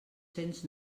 cents